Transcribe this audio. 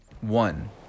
One